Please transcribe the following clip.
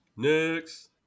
Next